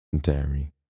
dairy